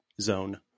zone